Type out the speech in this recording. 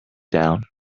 down